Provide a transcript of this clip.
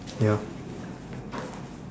ya